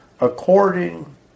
according